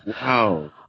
Wow